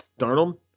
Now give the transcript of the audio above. Darnold